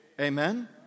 Amen